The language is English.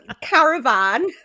caravan